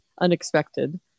unexpected